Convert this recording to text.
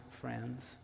friends